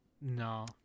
No